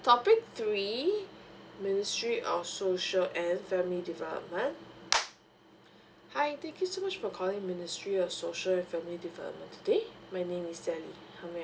topic three ministry of social and family development hi thank you so much for calling ministry of social and family development today my name is sally how may I